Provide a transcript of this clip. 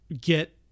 get